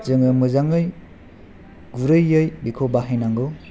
जोङो मोजाङै गुरैयै बेखौ बाहायनांगौ